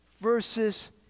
versus